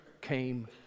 came